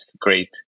great